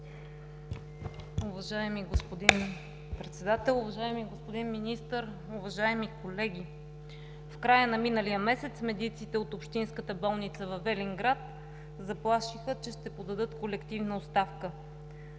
Уважаеми господин Председател, уважаеми господин Министър, уважаеми колеги! В края на миналия месец медиците от общинската болница във Велинград заплашиха, че ще подадат колективна оставка.